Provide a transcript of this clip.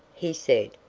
he said,